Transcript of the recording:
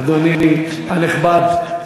אדוני הנכבד,